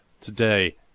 today